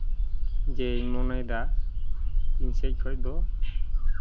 ᱡᱮ ᱢᱚᱱᱮᱭᱫᱟ ᱤᱧ ᱥᱮᱡ ᱠᱷᱚᱡ ᱫᱚ